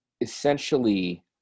essentially